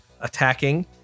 attacking